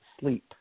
sleep